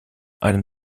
einem